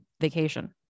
vacation